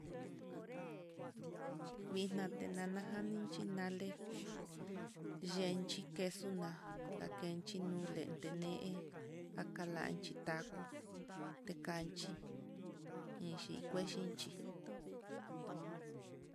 Nguinan tinana janichi nale yenchi queso na'a lakenchi nuu lente nee ta kalanchi taco, tekanchi iinchi kee xhinchí.